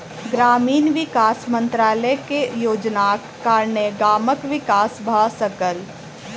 ग्रामीण विकास मंत्रालय के योजनाक कारणेँ गामक विकास भ सकल